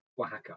Oaxaca